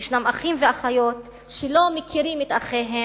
יש אחים ואחיות שלא מכירים את אחיהם,